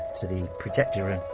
to the projector room.